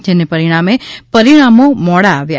જેના પરિણામે પરિણામો મોડા આવ્યા